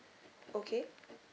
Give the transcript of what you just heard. okay